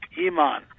Iman